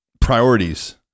priorities